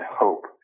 hope